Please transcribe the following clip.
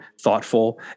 thoughtful